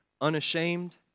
unashamed